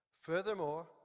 Furthermore